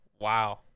Wow